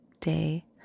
day